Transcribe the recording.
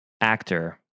actor